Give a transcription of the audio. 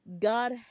God